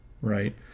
right